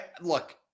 look